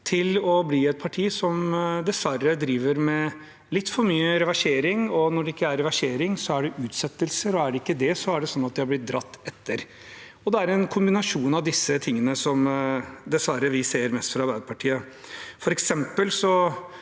til å bli et parti som dessverre driver med litt for mye reversering. Når det ikke er reversering, er det utsettelser, og er det ikke det, har de blitt dratt etter. Det er en kombinasjon av disse tingene vi dessverre ser mest fra Arbeiderpartiet.